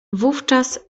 wówczas